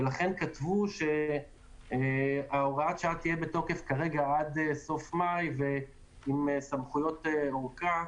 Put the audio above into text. ולכן כתבו שהוראת השעה תהיה בתוקף כרגע עד סוף מאי עם סמכויות אורכה.